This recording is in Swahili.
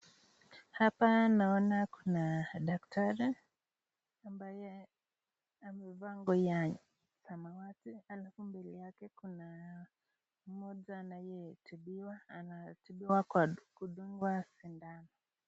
Hapa naona kuna daktari ambaye amevaa nguo ya samawati. Alafu mbele yake kuna mmoja anayetibiwa. Anatibiwa kwa kudungwa sindano.